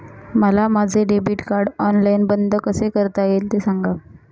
मला माझे debit card online बंद कसे करता येईल, ते सांगा